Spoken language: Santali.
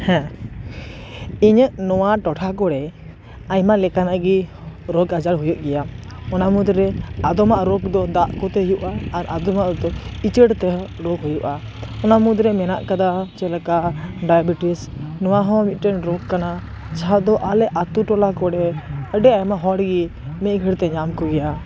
ᱦᱮᱸ ᱤᱧᱟᱹᱜ ᱱᱚᱣᱟ ᱴᱚᱴᱷᱟ ᱠᱚᱨᱮ ᱟᱭᱢᱟ ᱞᱮᱠᱟᱱᱟᱜ ᱜᱮ ᱨᱳᱜ ᱟᱡᱟᱨ ᱦᱩᱭᱩᱜ ᱜᱮᱭᱟ ᱚᱱᱟ ᱢᱩᱫᱽ ᱨᱮ ᱟᱫᱚᱢᱟᱜ ᱨᱳᱜ ᱫᱚ ᱫᱟᱜ ᱠᱚᱛᱮ ᱦᱩᱭᱩᱜᱼᱟ ᱟᱨ ᱟᱫᱚᱢᱟᱜ ᱫᱚ ᱤᱪᱟᱹᱲ ᱛᱮ ᱨᱳᱜ ᱦᱩᱭᱩᱜᱼᱟ ᱚᱱᱟ ᱢᱩᱫᱽ ᱨᱮ ᱢᱮᱱᱟᱜ ᱟᱠᱟᱫᱟ ᱪᱮᱫ ᱞᱮᱠᱟ ᱰᱟᱭᱟᱵᱤᱴᱤᱥ ᱱᱚᱣᱟ ᱦᱚᱸ ᱢᱤᱫᱴᱮᱱ ᱨᱳᱜ ᱠᱟᱱᱟ ᱡᱟᱦᱟᱸ ᱫᱚ ᱟᱞᱮ ᱟᱛᱳ ᱴᱚᱞᱟ ᱠᱚᱨᱮ ᱟᱹᱰᱤ ᱟᱭᱢᱟ ᱦᱚᱲ ᱜᱤ ᱢᱤᱫ ᱜᱷᱟᱲᱤᱡ ᱛᱮ ᱧᱟᱢ ᱠᱚᱜᱮᱭᱟ